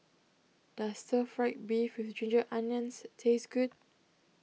does Stir Fried Beef with Ginger Onions taste good